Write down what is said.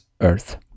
earth